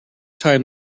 time